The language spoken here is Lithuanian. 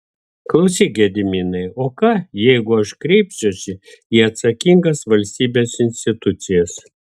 klausyk gediminai o ką jeigu aš kreipsiuosi į atsakingas valstybės institucijas